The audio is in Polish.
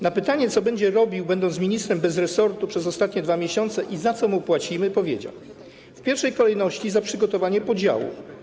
Na pytanie, co robił, będąc ministrem bez resortu, przez ostatnie 2 miesiące, i za co mu płacimy, odpowiedział: „W pierwszej kolejności za przygotowanie podziału.